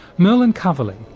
merlin coverley,